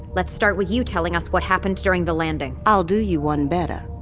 let's start with you telling us what happened during the landing i'll do you one better.